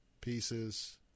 pieces